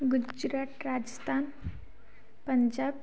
Gujarat Rajasthan Punjab